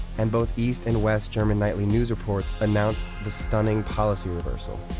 and both east and west german nightly news reports announced the stunning policy reversal.